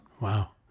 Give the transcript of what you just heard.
Wow